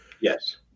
Yes